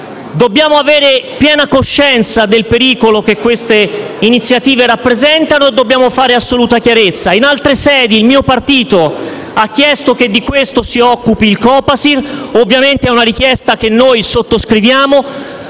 Dobbiamo avere piena coscienza del pericolo che queste iniziative rappresentano e dobbiamo fare assoluta chiarezza. In altre sedi il mio partito ha chiesto che di questo si occupi il Copasir; è una richiesta che ovviamente noi sottoscriviamo.